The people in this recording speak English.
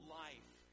life